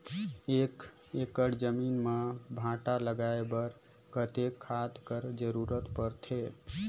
एक एकड़ जमीन म भांटा लगाय बर कतेक खाद कर जरूरत पड़थे?